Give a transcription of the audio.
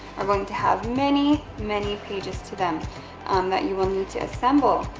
are going to have many, many pages to them um that you will need to assemble.